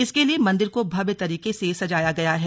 इसके लिए मंदिर को भव्य तरीके से सजाया गया है